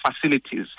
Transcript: facilities